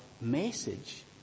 message